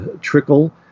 trickle